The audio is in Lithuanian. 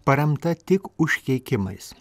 paremta tik užkeikimais